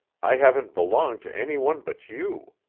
i haven't belonged to any one but you.